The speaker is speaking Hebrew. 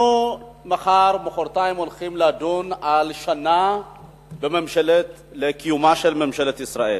אנחנו מחר-מחרתיים הולכים לדון על שנה לקיומה של ממשלת ישראל.